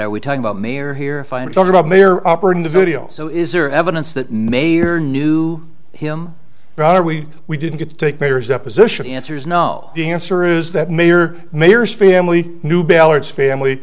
are we talking about mayor here if i'm talking about mayor operating the video so is there evidence that mayor knew him rather we we didn't get to take matters deposition he answers no the answer is that mayor mayor is family new ballard's family